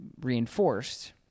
reinforced